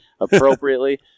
Appropriately